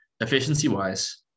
efficiency-wise